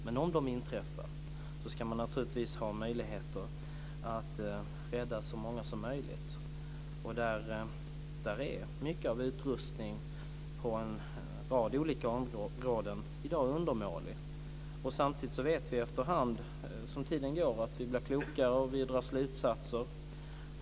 Men om de inträffar ska man naturligtvis ha möjligheter att rädda så många som möjligt. Mycket av utrustningen är i dag på en rad olika områden undermålig. Samtidigt vet vi att vi efter hand som tiden går blir klokare och drar slutsatser.